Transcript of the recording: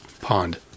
pond